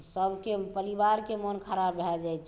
सबके पलिवारके मोन खराब भए जाइ छै